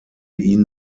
ihn